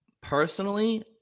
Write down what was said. personally